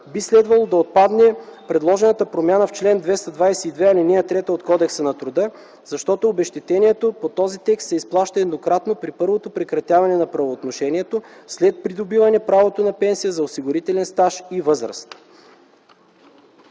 Би следвало да отпадне предложената промяна в чл. 222, ал. 3 от Кодекса на труда, защото обезщетението по този текст се изплаща еднократно при първото прекратяване на правоотношението, след придобиване право на пенсия за осигурителен стаж и възраст.